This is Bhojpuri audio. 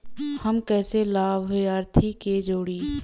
हम कइसे लाभार्थी के जोड़ी?